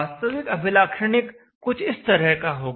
वास्तविक अभिलाक्षणिक कुछ इस तरह का होगा